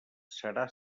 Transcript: serà